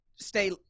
stay